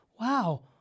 wow